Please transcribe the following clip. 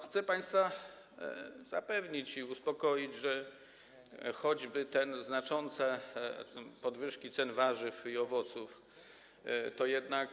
Chcę państwa zapewnić i uspokoić, że te znaczące podwyżki cen warzyw i owoców jednak.